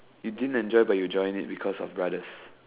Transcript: you didn't enjoy but you joined it because of brothers